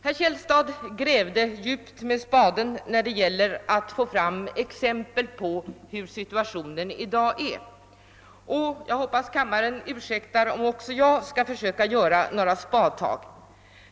Herr Källstad grävde djupt med spaden när det gällde att få fram exempel på hurudan situationen i dag är, och jag hoppas kammaren ursäktar om också jag försöker ta några spadtag.